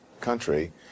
country